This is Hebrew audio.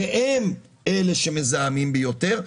שהם אלה שמזהמים ביותר.